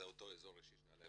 זה אותו אזור אישי שאנחנו